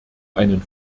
einen